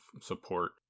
support